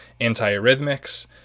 antiarrhythmics